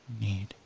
need